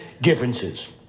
differences